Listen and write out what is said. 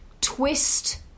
twist